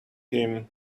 him